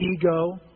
Ego